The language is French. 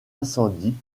incendie